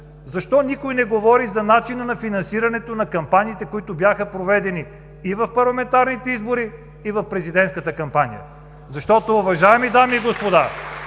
защо никой не говори за начина на финансирането на кампаниите, които бяха проведени и в парламентарната избори, и в президентската кампания? Защото, уважаеми дами и господа